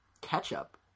Ketchup